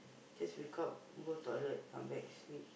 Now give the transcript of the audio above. just wake up go toilet come back sleep